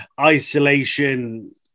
isolation